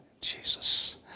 Jesus